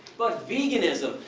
but veganism,